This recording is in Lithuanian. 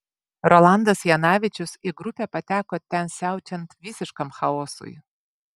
rolandas janavičius į grupę pateko ten siaučiant visiškam chaosui